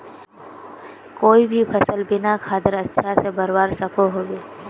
कोई भी सफल बिना खादेर अच्छा से बढ़वार सकोहो होबे?